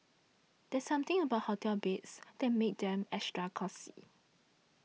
there's something about hotel beds that makes them extra cosy